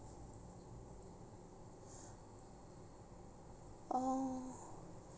orh